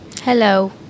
Hello